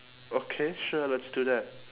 okay sure let's do that